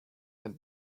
had